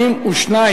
נתקבל.